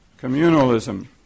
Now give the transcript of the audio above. communalism